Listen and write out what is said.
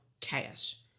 cash